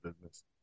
business